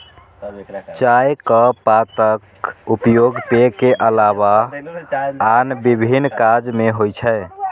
चायक पातक उपयोग पेय के अलावा आन विभिन्न काज मे होइ छै